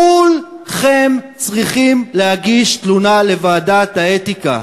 כולכם צריכים להגיש תלונה לוועדת האתיקה.